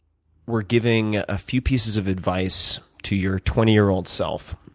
were giving a few pieces of advice to your twenty year old self,